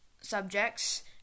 subjects